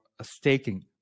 staking